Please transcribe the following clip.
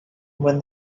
when